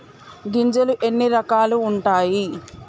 గింజలు ఎన్ని రకాలు ఉంటాయి?